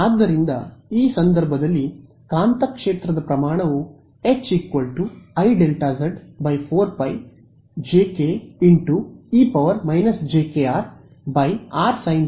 ಆದ್ದರಿಂದ ಈ ಸಂದರ್ಭದಲ್ಲಿ ಕಾಂತಕ್ಷೇತ್ರದ ಪ್ರಮಾಣವು H IΔz 4π jk e jkr rsinθϕ